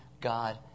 God